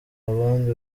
abandi